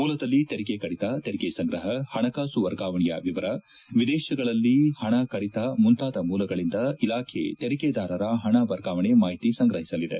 ಮೂಲದಲ್ಲಿ ತೆರಿಗೆ ಕಡಿತ ತೆರಿಗೆ ಸಂಗ್ರಹ ಹಣಕಾಸು ವರ್ಗಾವಣೆಯ ವಿವರ ವಿದೇಶಗಳಲ್ಲಿ ಹಣ ಕಡಿತ ಮುಂತಾದ ಮೂಲಗಳಿಂದ ಇಲಾಖೆ ತೆರಿಗೆದಾರರ ಹಣ ವರ್ಗಾವಣೆ ಮಾಹಿತಿ ಸಂಗ್ರಹಿಸಲಿದೆ